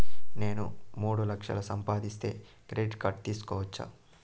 నేను మూడు లక్షలు సంపాదిస్తే క్రెడిట్ కార్డు తీసుకోవచ్చా?